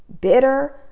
bitter